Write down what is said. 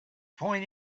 point